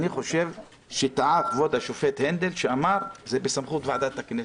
אני חושב שטעה כבוד השופט הנדל שאמר שזה בסמכות ועדת הכנסת,